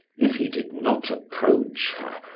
if he did not approach her,